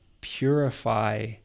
purify